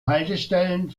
haltestellen